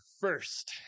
first